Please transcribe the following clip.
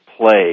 play